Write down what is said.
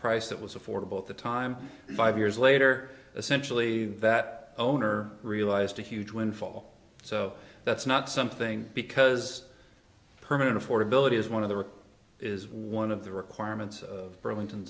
price that was affordable at the time five years later essentially that owner realized a huge windfall so that's not something because permanent affordability is one of the work is one of the requirements of burlington